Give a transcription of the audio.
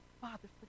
Father